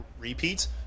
repeats